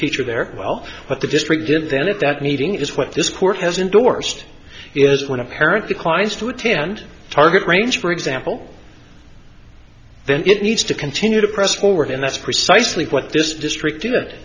teacher there well what the district did then at that meeting is what this court has endorsed is when a parent declines to attend a target range for example then it needs to continue to press forward and that's precisely what this district do it